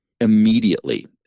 immediately